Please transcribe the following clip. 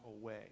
away